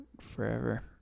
Forever